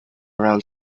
around